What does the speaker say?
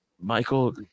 Michael